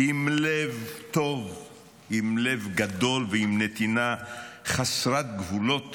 עם לב טוב, עם לב גדול ועם נתינה חסרת גבולות